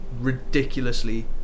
ridiculously